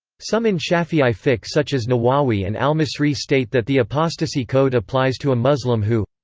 some in shafi'i fiqh such as nawawi and al-misri state that the apostasy code applies to a muslim who